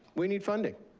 we need funding.